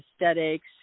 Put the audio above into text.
aesthetics